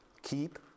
Keep